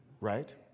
Right